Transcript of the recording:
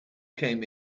came